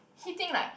hitting like